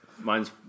Mine's